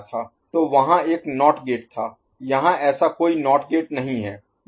तो वहाँ एक नॉट गेट था यहाँ ऐसा कोई नॉट गेट नहीं है